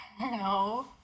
No